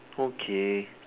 okay